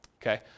okay